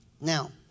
Now